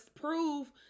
prove